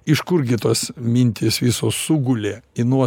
iš kurgi tos mintys visos sugulė į nuo